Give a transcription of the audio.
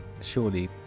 surely